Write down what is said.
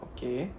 Okay